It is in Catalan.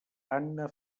anna